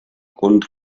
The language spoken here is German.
und